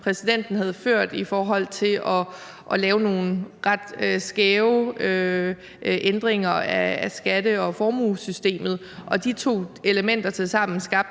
præsidenten havde ført i forhold til at lave nogle ret skæve ændringer af skatte- og formuesystemet, og de to elementer til sammen skabte